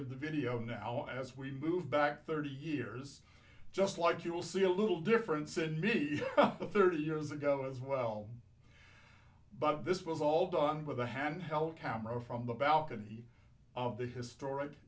of the video now as we move back thirty years just like you'll see a little difference in the thirty years ago as well but this was all done with a handheld camera from the balcony of the historic